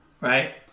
Right